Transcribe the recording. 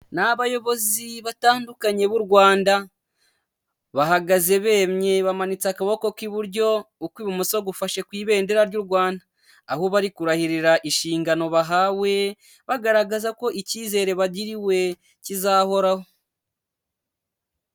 Ni abayobozi batandukanye b'u Rwanda, bahagaze bemye bamanitse akaboko k'iburyo, ukw'ibumoso gufashe ku ibendera ry'u Rwanda. Aho bari kurahirira inshingano bahawe, bagaragaza ko icyizere bagiriwe kizahoraho.